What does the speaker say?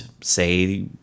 say